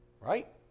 right